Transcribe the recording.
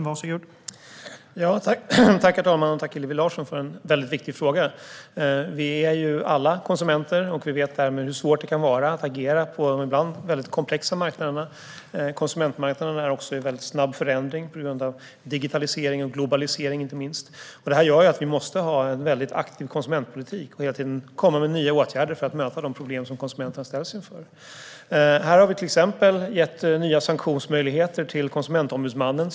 Herr talman! Jag tackar Hillevi Larsson för en viktig fråga. Vi är alla konsumenter och vet därmed hur svårt det kan vara att agera på ibland väldigt komplexa marknader. Konsumentmarknaderna är också i snabb förändring, inte minst på grund av digitaliseringen och globaliseringen. Detta gör att regeringen måste ha en aktiv konsumentpolitik och hela tiden komma med nya åtgärder för att möta de problem som konsumenter ställs inför. Vi har till exempel gett nya sanktionsmöjligheter till Konsumentombudsmannen.